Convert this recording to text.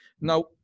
Now